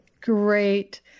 Great